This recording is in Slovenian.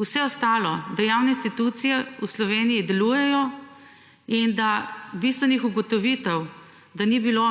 Vse ostalo, da javne institucije v Sloveniji delujejo in da bistvenih ugotovitev, da ni bilo